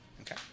Okay